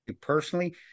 personally